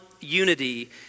unity